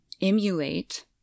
emulate